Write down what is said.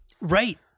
Right